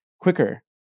quicker